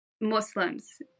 Muslims